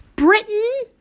Britain